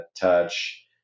touch